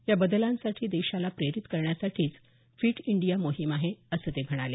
या बदलांसाठी देशाला प्रेरित करण्यासाठीच फिट इंडिया मोहीम आहे असं त्यांनी सांगितलं